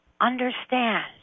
understand